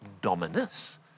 dominus